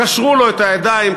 קשרו לו את הידיים,